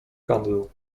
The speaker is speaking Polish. handlu